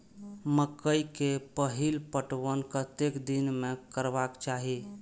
मकेय के पहिल पटवन कतेक दिन में करबाक चाही?